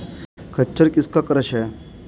खच्चर किसका क्रास है?